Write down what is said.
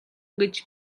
гэж